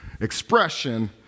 expression